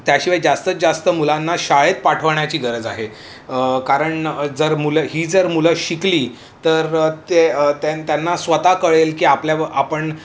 त्याशिवाय जास्त जास्त मुलांना शाळेत पाठवण्याची गरज आहे कारण जर मुलं ही जर मुलं शिकली तर ते त्यांना स्वता कळेल की आपल्या आपण